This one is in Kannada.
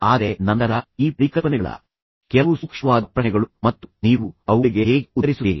ಆದರೆ ನಂತರ ಈ ಪರಿಕಲ್ಪನೆಗಳ ಬಗ್ಗೆ ಯೋಚಿಸಿಃ ಕೆಲವು ಸೂಕ್ಷ್ಮವಾದ ಪ್ರಶ್ನೆಗಳು ಮತ್ತು ನೀವು ಅವುಗಳಿಗೆ ಹೇಗೆ ಉತ್ತರಿಸುತ್ತೀರಿ